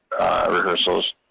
rehearsals